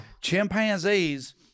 Chimpanzees